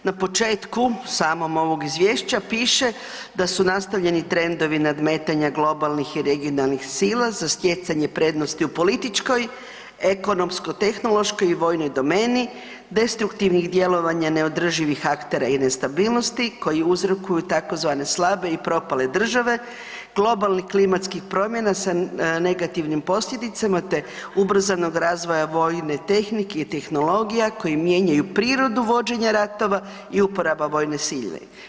Na početku samom, ovog Izvješća piše da su nastavljeni trendovi nadmetanja globalnih i regionalnih sila za stjecanje prednosti u političkoj, ekonomsko-tehnološkoj i vojnoj domeni, destruktivnih djelovanja neodrživih aktera i nestabilnosti koji uzrokuju tzv. slabe i propale države, globalnih klimatskih promjena sa negativnim posljedicama te ubrzanog razvoja vojne tehnike i tehnologija koji mijenjaju prirodu vođenja ratova i uporaba vojne sile.